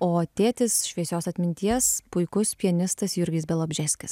o tėtis šviesios atminties puikus pianistas jurgis bialobžeskis